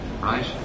Right